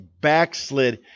backslid